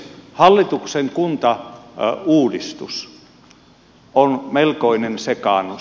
hallituksen kuntauudistus on melkoinen sekaannus